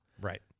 Right